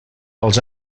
els